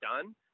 done